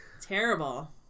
Terrible